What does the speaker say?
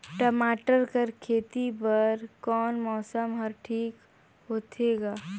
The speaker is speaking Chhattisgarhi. टमाटर कर खेती बर कोन मौसम हर ठीक होथे ग?